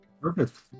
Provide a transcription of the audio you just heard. Perfect